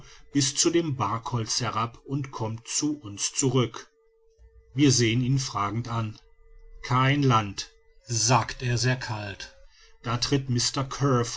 bis zu dem barkholz herab und kommt zu uns zurück wir sehen ihn fragend an kein land sagt er sehr kalt da tritt